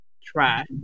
Try